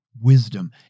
wisdom